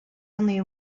only